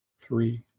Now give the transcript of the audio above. three